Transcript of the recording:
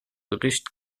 gericht